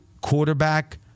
quarterback